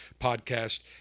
podcast